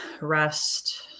rest